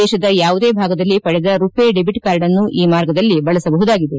ದೇಶದ ಯಾವುದೇ ಭಾಗದಲ್ಲಿ ಪಡೆದ ರುಪೇ ಡೆಬಿಟ್ ಕಾರ್ಡ್ಅನ್ನು ಈ ಮಾರ್ಗದಲ್ಲಿ ಬಳಸಬಹುದಾಗಿದೆ